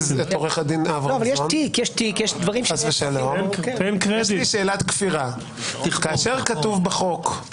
יש לי שאלת כפירה שאני